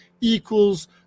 equals